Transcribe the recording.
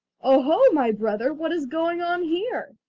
oh, ho, my brother! what is going on here?